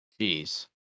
Jeez